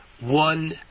one